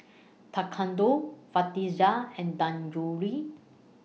Tekkadon Fajitas and Dangojiru